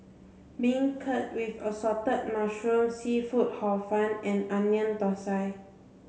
beancurd with assorted mushrooms seafood hor fun and Onion Thosai